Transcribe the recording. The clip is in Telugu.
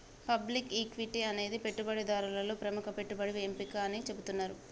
పబ్లిక్ ఈక్విటీ అనేది పెట్టుబడిదారులలో ప్రముఖ పెట్టుబడి ఎంపిక అని చెబుతున్నరు